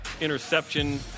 interception